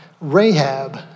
Rahab